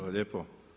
lijepo.